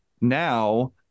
Now